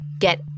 get